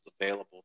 available